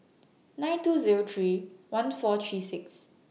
nine two Zero three one four three six